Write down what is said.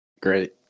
Great